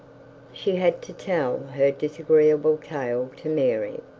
she had to tell her disagreeable tale to mary,